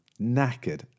knackered